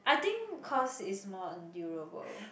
I think cause it's more durable